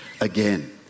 again